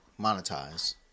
monetize